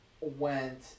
went